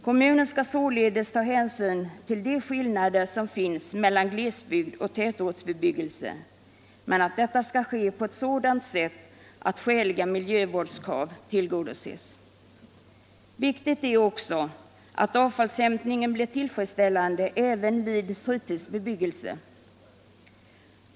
Kommunen skall således ta hänsyn till de skillnader som finns mellan glesbygd och tätortsbebyggelse, men detta skall ske på sådant sätt att skäliga miljövårdskrav tillgodoses. Viktigt är också att avfallshämtningen blir tillfredsställande även vid fritidsbebyggelse.